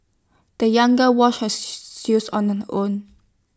the young girl washed her shoes on her own